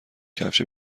کفش